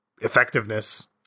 effectiveness